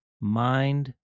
mind